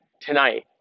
tonight